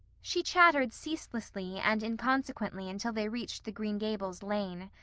she chattered ceaselessly and inconsequently until they reached the green gables lane.